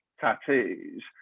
tattoos